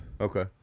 Okay